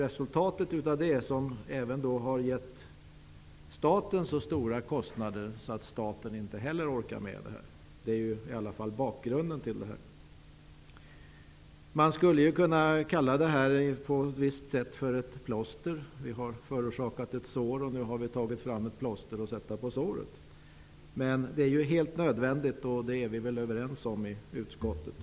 Resultatet av det har även givit staten så stora kostnader att staten inte heller orkar med det -- det är i alla fall bakgrunden till detta. Man skulle kunna kalla det här ett plåster. Vi har förorsakat ett sår, och nu har vi tagit fram ett plåster att sätta på såret. Det är helt nödvändigt, och det är vi väl överens om i utskottet.